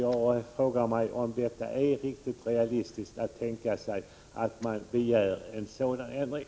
Jag frågar mig om det är realistiskt att begära en sådan ändring.